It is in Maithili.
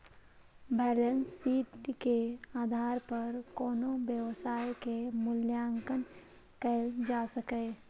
बैलेंस शीट के आधार पर कोनो व्यवसायक मूल्यांकन कैल जा सकैए